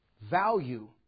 value